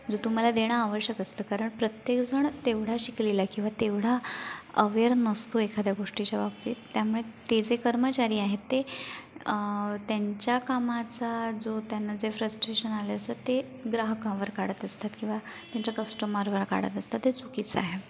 जो तुम्हाला देणं आवश्यक असतं कारण प्रत्येकजण तेवढा शिकलेला किंवा तेवढा अवेअर नसतो एखाद्या गोष्टीच्या बाबतीत त्यामुळे ते जे कर्मचारी आहेत ते त्यांच्या कामाचा जो त्यांना जे फ्रस्टेशन आलेलं असतं ते ग्राहकांवर काढत असतात किंवा त्यांच्या कस्टमरवर काढत असतात ते चुकीचं आहे